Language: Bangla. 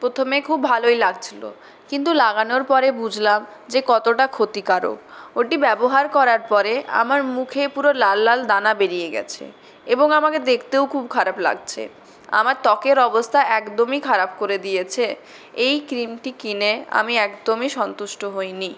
প্রথমে খুব ভালোই লাগছিলো কিন্তু লাগানোর পরে বুঝলাম যে কতটা ক্ষতিকারক ওটি ব্যবহার করার পরে আমার মুখে পুরো লাল লাল দানা বেরিয়ে গেছে এবং আমাকে দেখতেও খুব খারাপ লাগছে আমার ত্বকের অবস্থা একদমই খারাপ করে দিয়েছে এই ক্রিমটি কিনে আমি একদমই সন্তুষ্ট হইনি